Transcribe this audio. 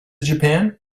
japan